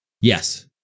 Yes